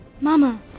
Mama